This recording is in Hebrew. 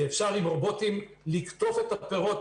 כך שאפשר עם רובוטים לקטוף את הפירות